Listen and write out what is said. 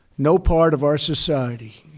no part of our society,